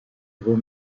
vos